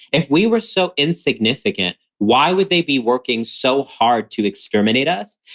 if we were so insignificant, why would they be working so hard to exterminate us?